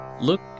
Look